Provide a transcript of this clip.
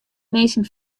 minsken